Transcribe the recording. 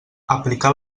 aplicar